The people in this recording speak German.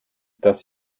dass